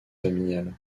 familiale